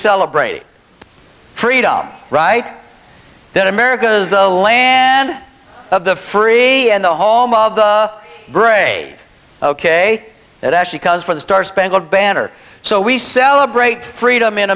celebrate freedom right then america is the land of the free and the home of the brave ok it actually comes for the star spangled banner so we celebrate freedom in